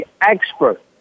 expert